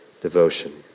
devotion